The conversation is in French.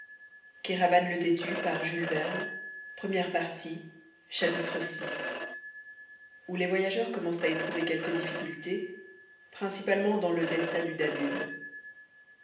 vi ou les voyageurs commencent a éprouver quelques difficultés principalement dans le delta du danube